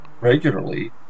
regularly